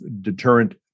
deterrent